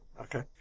Okay